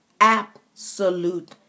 absolute